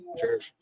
Cheers